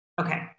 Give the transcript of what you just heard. Okay